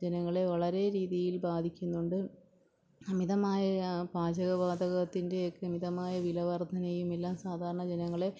ജനങ്ങളെ വളരെ രീതിയിൽ ബാധിക്കുന്നുണ്ട് അമിതമായ പാചകവാതകത്തിൻ്റെയൊക്കെ അമിതമായ വിലവർദ്ധനയും എല്ലാം സാധാരണ ജനങ്ങളെ